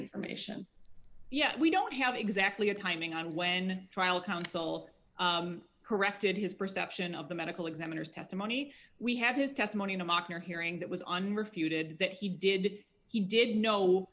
information yet we don't have exactly a timing on when trial counsel corrected his perception of the medical examiner's testimony we had his testimony in a mock your hearing that was on refuted that he did he didn't know